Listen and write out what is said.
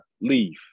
leave